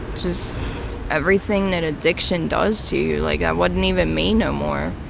just everything that addiction does to you. like, i wasn't even me no more.